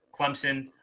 Clemson